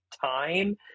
time